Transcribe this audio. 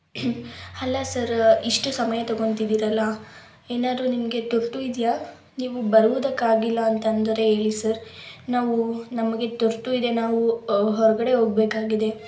ಅಲ್ಲ ಸರ ಇಷ್ಟು ಸಮಯ ತಗೊತಿದಿರಲ್ಲ ಏನಾರು ನಿಮಗೆ ತುರ್ತು ಇದೆಯಾ ನೀವು ಬರುವುದಕ್ಕಾಗಿಲ್ಲ ಅಂತಂದರೆ ಹೇಳಿ ಸರ್ ನಾವು ನಮಗೆ ತುರ್ತು ಇದೆ ನಾವು ಹೊರಗಡೆ ಹೋಗಬೇಕಾಗಿದೆ